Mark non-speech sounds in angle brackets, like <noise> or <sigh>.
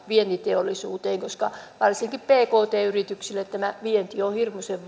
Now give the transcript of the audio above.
vientiteollisuuteen koska varsinkin pkt yrityksille tämä vienti on hirmuisen <unintelligible>